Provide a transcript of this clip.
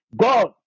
God